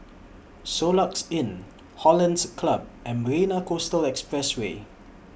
Soluxe Inn Hollandse Club and Marina Coastal Expressway